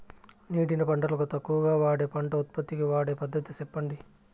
నీటిని పంటలకు తక్కువగా వాడే పంట ఉత్పత్తికి వాడే పద్ధతిని సెప్పండి?